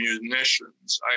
munitions